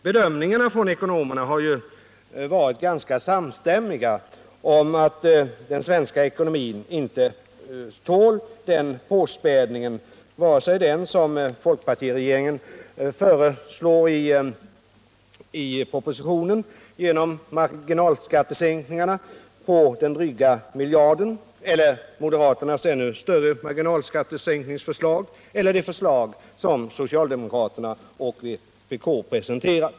Bedömningarna från ekonomerna har varit ganska samstämmiga om att den svenska ekonomin inte tål denna påspädning, vare sig den som folkpartiregeringen föreslår i propositionen genom marginalskattesänkningar på dryga miljarden, moderaternas ännu större marginalskattesänkningsförslag eller det förslag som socialdemokraterna och vpk presenterade.